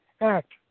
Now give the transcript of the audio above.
act